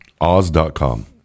Oz.com